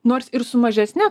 nors ir su mažesne